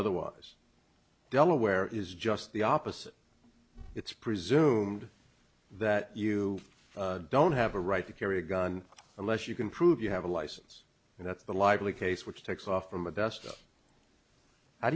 otherwise delaware is just the opposite it's presumed that you don't have a right to carry a gun unless you can prove you have a license and that's the likely case which takes off from a desktop